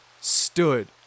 stood